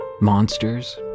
Monsters